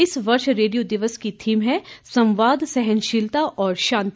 इस वर्ष रेडिया दिवस की थीम है संवाद सहनशीलता और शांति